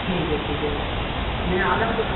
ठीक है ठीक है तो मैं आ जाऊँ तो